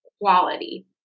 quality